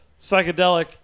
psychedelic